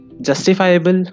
justifiable